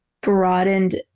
broadened